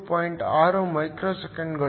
6 ಮೈಕ್ರೋಸೆಕೆಂಡುಗಳು